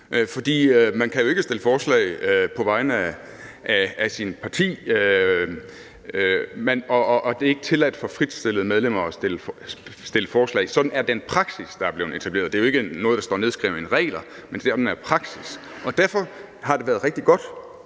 man kan jo ikke komme med forslag på vegne af sit parti; det er ikke tilladt for fritstillede medlemmer at komme med forslag. Sådan er den praksis, der er blevet etableret. Det er jo ikke noget, der står nedskrevet i regler, men sådan er praksis. Derfor har det været rigtig godt,